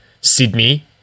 Sydney